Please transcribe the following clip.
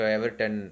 Everton